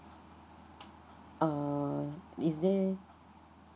uh is there